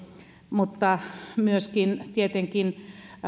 mutta myöskin tietenkin